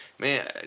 Man